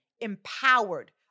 empowered